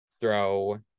throw